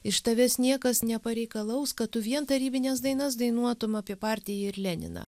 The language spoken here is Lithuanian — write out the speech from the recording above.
iš tavęs niekas nepareikalaus kad tu vien tarybines dainas dainuotum apie partiją ir leniną